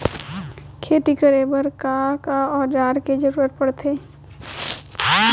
खेती करे बर का का औज़ार के जरूरत पढ़थे?